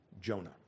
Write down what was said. Jonah